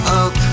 up